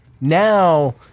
now